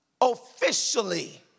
officially